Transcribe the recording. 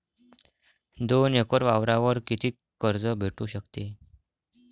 दोन एकर वावरावर कितीक कर्ज भेटू शकते?